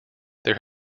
there